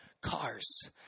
cars